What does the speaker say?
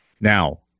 now